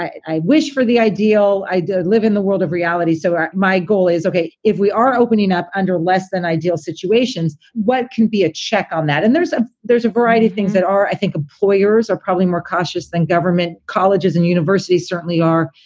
i wish for the ideal. i live in the world of reality. so my goal is, ok, if we are opening up under less than ideal situations, what can be a check on that? and there's a. there's a variety of things that are i think employers are probably more cautious than government. colleges and universities certainly are.